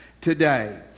today